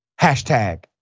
Hashtag